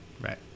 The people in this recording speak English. Right